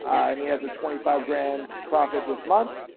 and he has a twenty five grand profit this month.